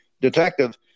detective